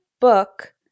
book